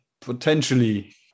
potentially